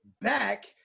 back